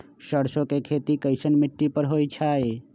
सरसों के खेती कैसन मिट्टी पर होई छाई?